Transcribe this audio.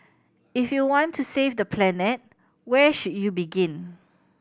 if you want to save the planet where should you begin